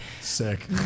Sick